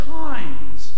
times